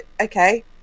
okay